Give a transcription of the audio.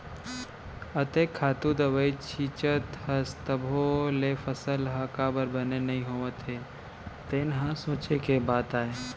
अतेक खातू दवई छींचत हस तभो ले फसल ह काबर बने नइ होवत हे तेन ह सोंचे के बात आय